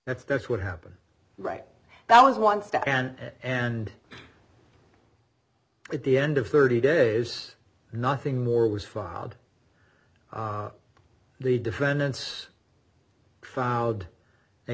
that's that's what happened right that was one step and and at the end of thirty days nothing more was filed the defendants filed a